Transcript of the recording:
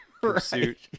pursuit